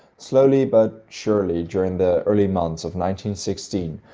slowly but surely, during the early months of nineteen-sixteen,